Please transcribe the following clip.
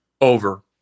Over